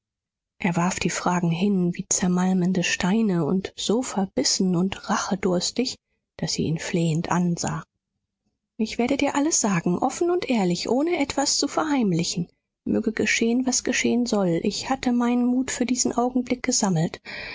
er warf die fragen hin wie zermalmende steine und so verbissen und rachedurstig daß sie ihn flehend ansah ich werde dir alles sagen offen und ehrlich ohne etwas zu verheimlichen möge geschehen was geschehen soll ich hatte meinen mut für diesen augenblick gesammelt